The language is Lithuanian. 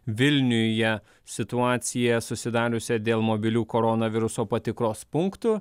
vilniuje situaciją susidariusią dėl mobilių koronaviruso patikros punktų